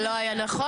זה לא היה נכון,